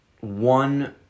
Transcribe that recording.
one